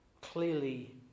clearly